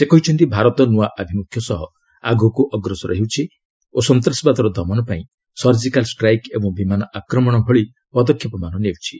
ସେ କହିଛନ୍ତି ଭାରତ ନୂଆ ଆଭିମୁଖ୍ୟ ସହ ଆଗକୁ ଅଗ୍ରସର ହେଉଛି ଓ ସନ୍ତାସବାଦର ଦମନ ପାଇଁ ସର୍ଜିକାଲ୍ ଷ୍ଟ୍ରାଇକ୍ ଏବଂ ବିମାନ ଆକ୍ରମଣ ଭଳି ପଦକ୍ଷେପମାନ ନେଉଛି